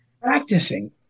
practicing